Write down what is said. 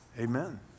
Amen